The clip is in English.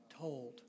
told